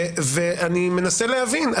ואני מנסה להבין,